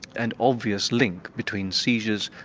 and obvious link between seizures,